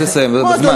רק לסיים בזמן.